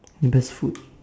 best food